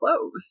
close